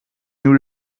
nieuw